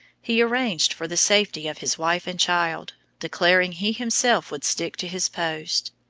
he arranged for the safety of his wife and child, declaring he himself would stick to his post.